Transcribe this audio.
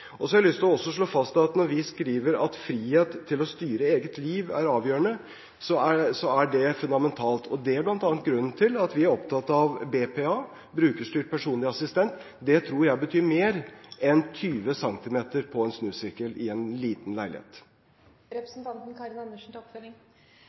Så har jeg lyst til også å slå fast at når vi skriver at «frihet til å styre sitt eget liv» er avgjørende, er det fundamentalt. Det er bl.a. grunnen til at vi er opptatt av BPA, brukerstyrt personlig assistanse. Det tror jeg betyr mer enn 20 cm på en snusirkel i en liten leilighet.